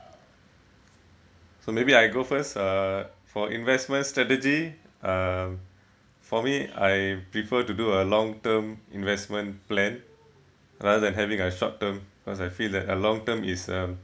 so maybe I go first uh for investment strategy um for me I prefer to do a long term investment plan rather than having a short term because I feel that a long term is um